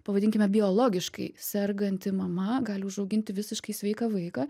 pavadinkime biologiškai serganti mama gali užauginti visiškai sveiką vaiką